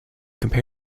compare